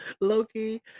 Loki